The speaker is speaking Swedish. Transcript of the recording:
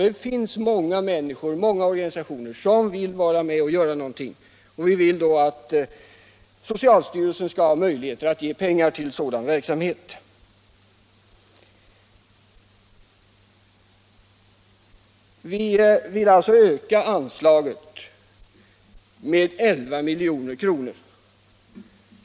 Det finns många människor och organisationer som vill vara med och göra någonting, och vi vill att socialstyrelsen skall få möjlighet att ge pengar till sådan verksamhet. Vi vill som sagt öka anslaget med tillsammans 11 milj.kr.